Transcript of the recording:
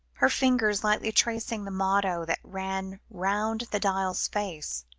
her fingers lightly tracing the motto that ran round the dial's face,